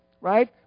Right